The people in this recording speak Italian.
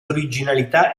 originalità